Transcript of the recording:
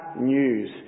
news